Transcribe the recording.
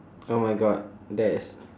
oh my god that is